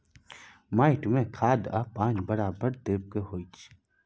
माटी में खाद आ पानी बराबर देबै के होई छै